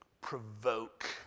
provoke